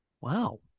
wow